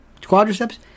quadriceps